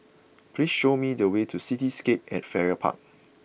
please show me the way to Cityscape at Farrer Park